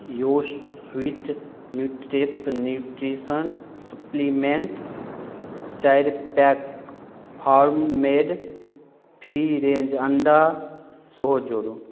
योस्वीट Nutrishake nutrition supplement चारि pack farm made free range अण्डा सेहो जोडू